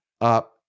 up